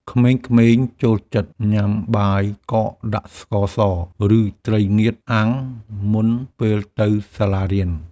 ក្មេងៗចូលចិត្តញ៉ាំបាយកកដាក់ស្ករស ឬត្រីងៀតអាំង មុនពេលទៅសាលារៀន។